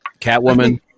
Catwoman